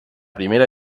primera